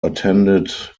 attended